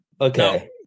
Okay